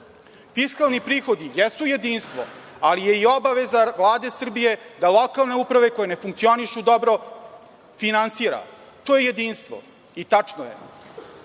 Fiskalni prihodi jesu jedinstvo, ali je i obaveza Vlade Srbije da lokalne uprave koje ne funkcionišu dobro finansira. To je jedinstvo i tačno je,